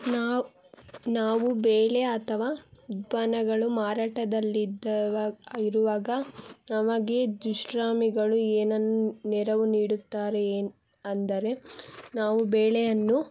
ನಾವು ನಾವು ಬೇಳೆ ಅಥವಾ ಉತ್ಪನ್ನಗಳು ಮಾರಾಟದಲ್ಲಿದ್ದಾಗ ಇರುವಾಗ ನಮಗೆ ದುಷ್ಟ್ರಾಮಿಗಳು ಏನನ್ನು ನೆರವು ನೀಡುತ್ತಾರೆ ಏನು ಅಂದರೆ ನಾವು ಬೇಳೆಯನ್ನು